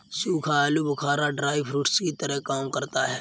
सूखा आलू बुखारा ड्राई फ्रूट्स की तरह काम करता है